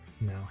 No